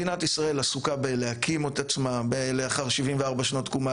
מדינת ישראל עסוקה בלהקים את עצמה לאחר 74 שנות תקומה,